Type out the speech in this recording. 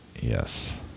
Yes